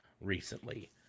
recently